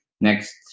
next